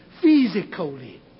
physically